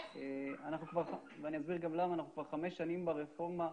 אנחנו כבר חמש שנים ברפורמה,